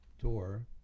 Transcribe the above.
door